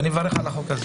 ואני מברך עליו.